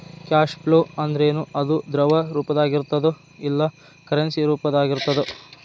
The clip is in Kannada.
ಕ್ಯಾಷ್ ಫ್ಲೋ ಅಂದ್ರೇನು? ಅದು ದ್ರವ ರೂಪ್ದಾಗಿರ್ತದೊ ಇಲ್ಲಾ ಕರೆನ್ಸಿ ರೂಪ್ದಾಗಿರ್ತದೊ?